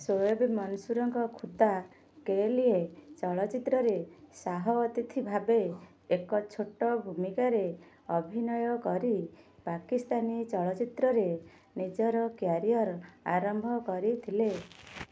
ସୋଏବ ମନସୁରଙ୍କ ଖୁଦା କେ ଲିୟେ ଚଳଚ୍ଚିତ୍ରରେ ଶାହ ଅତିଥି ଭାବେ ଏକ ଛୋଟ ଭୂମିକାରେ ଅଭିନୟ କରି ପାକିସ୍ତାନୀ ଚଳଚ୍ଚିତ୍ରରେ ନିଜର କ୍ୟାରିଅର୍ ଆରମ୍ଭ କରିଥିଲେ